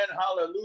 hallelujah